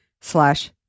slash